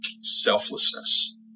selflessness